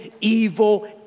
evil